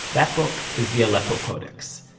that book is the aleppo codex.